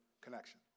connection